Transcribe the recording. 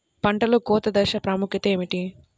పంటలో కోత దశ ప్రాముఖ్యత ఏమిటి?